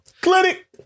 Clinic